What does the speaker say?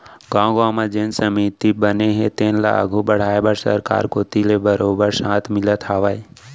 गाँव गाँव म जेन समिति बने हे तेन ल आघू बड़हाय बर सरकार कोती ले बरोबर साथ मिलत हावय